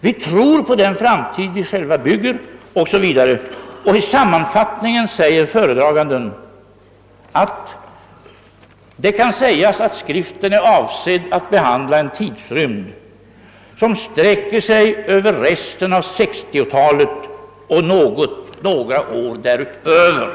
Vi tror på den framtid vi själva bygger.» I sammanfattningen säger föredraganden att det kan sägas att skriften är avsedd att behandla en tidrymd som sträcker sig över resten av 1960-talet och några år därutöver.